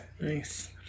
Nice